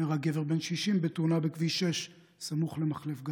נהרג גבר בן 60 בתאונה בכביש 6 סמוך למחלף גת,